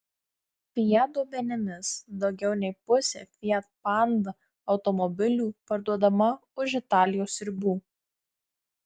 fiat duomenimis daugiau nei pusė fiat panda automobilių parduodama už italijos ribų